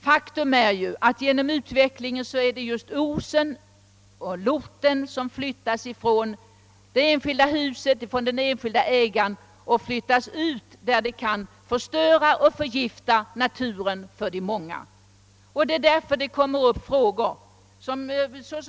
Faktum är ju att utvecklingen medfört att just oset och lorten flyttats från de enskildas hus till omgivningen där det kan förgifta och förstöra naturen för de många. Det är därför det, som